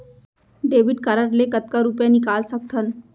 Debit card ले कतका रुपिया निकाल सकथन?